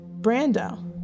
Brando